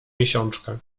miesiączkę